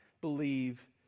believe